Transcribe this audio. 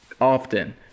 often